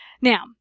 Now